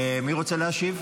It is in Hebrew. מי רוצה להשיב?